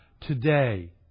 today